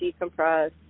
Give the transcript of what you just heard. decompress